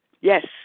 Yes